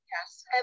Yes